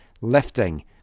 lifting